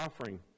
offering